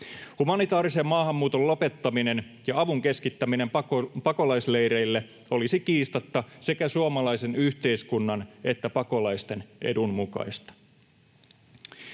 Humanitaarisen maahanmuuton lopettaminen ja avun keskittäminen pakolaisleireille olisi kiistatta sekä suomalaisen yhteiskunnan että pakolaisten edun mukaista.